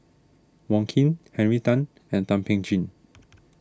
Wong Keen Henry Tan and Thum Ping Tjin